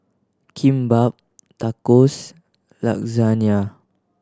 Kimbap Tacos Lasagna